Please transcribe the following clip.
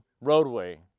roadway